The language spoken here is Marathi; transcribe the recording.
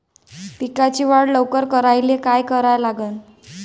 पिकाची वाढ लवकर करायले काय करा लागन?